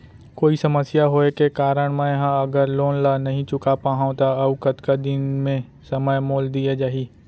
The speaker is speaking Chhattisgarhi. कोई समस्या होये के कारण मैं हा अगर लोन ला नही चुका पाहव त अऊ कतका दिन में समय मोल दीये जाही?